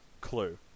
Clue